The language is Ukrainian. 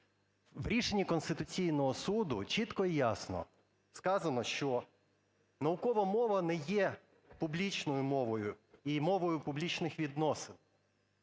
В рішенні Конституційного Суду чітко і ясно сказано, що наукова мова не є публічною мовою і мовою публічних відносин.